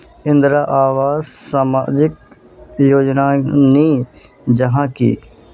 इंदरावास सामाजिक योजना नी जाहा की?